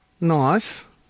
Nice